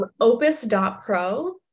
opus.pro